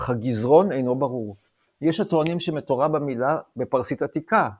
אך הגיזרון אינו ברור יש הטוענים שמקורה במילה בפרסית-עתיקה zrvan,